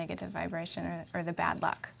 negative vibration or the bad luck